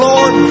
Lord